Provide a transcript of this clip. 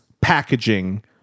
packaging